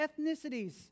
ethnicities